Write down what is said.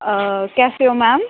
कैसे हो मैम